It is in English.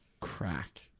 crack